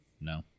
No